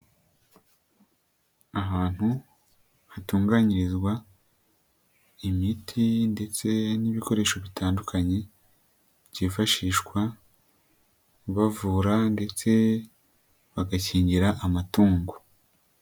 Ahantu hatunganyirizwa imiti ndetse n'ibikoresho bitandukanye byifashishwa bavura ndetse bagakingira amatungo.